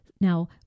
Now